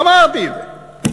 אמרתי את זה.